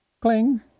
cling